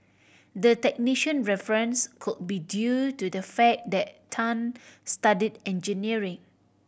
the technician reference could be due to the fact that Tan studied engineering